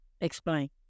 Explain